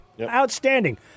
Outstanding